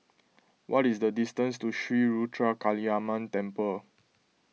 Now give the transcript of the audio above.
what is the distance to Sri Ruthra Kaliamman Temple